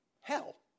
hell